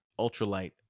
ultralight